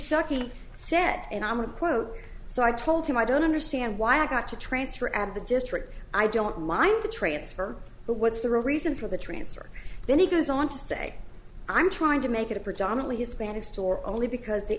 stuckey said and i'm a quote so i told him i don't understand why i got to transfer at the district i don't mind the transfer but what's the real reason for the transfer then he goes on to say i'm trying to make it a predominantly hispanic store only because the